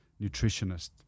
nutritionist